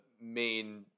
main